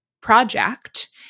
project